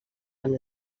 amb